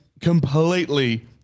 completely